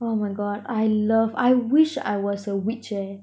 oh my god I love I wish I was a witch eh